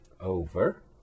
over